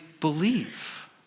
believe